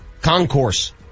Concourse